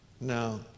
Now